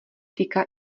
týká